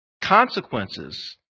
consequences